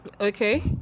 Okay